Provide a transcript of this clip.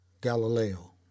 Galileo